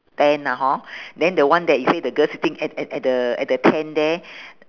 ten ah hor then the one that you say the girl sitting at at at the at the tent there